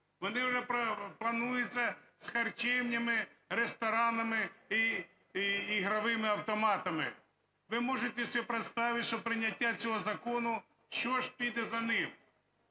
вже плануються з харчевнями, ресторанами й ігровими автоматами. Ви можете собі представить, що прийняття цього закону, що ж піде за ним.